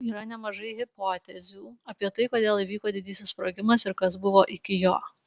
yra nemažai hipotezių apie tai kodėl įvyko didysis sprogimas ir kas buvo iki jo